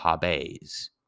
Habe's